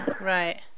Right